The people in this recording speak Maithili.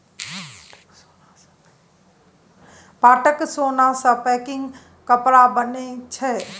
पाटक सोन सँ पैकिंग कपड़ा बनैत छै